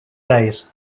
days